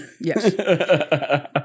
Yes